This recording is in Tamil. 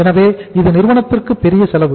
எனவே இது நிறுவனத்துக்கு பெரிய செலவு